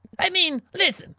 i mean, listen,